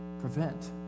prevent